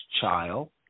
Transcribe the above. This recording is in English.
child